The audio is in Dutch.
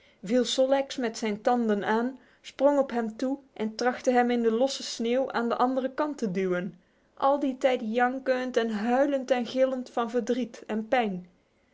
sol leks met zijn tanden aan sprong op hem toe en trachtte hem in de losse sneeuw aan de andere kant te duwen al die tijd jankend en huilend en gillend van verdriet en pijn